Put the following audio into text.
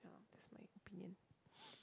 yeah that's my opinion